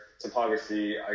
topography